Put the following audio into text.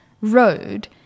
road